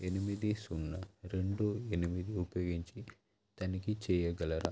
ఎనిమిది సున్నా రెండు ఎనిమిది ఉపయోగించి తనిఖీ చేయగలరా